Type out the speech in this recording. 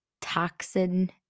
toxin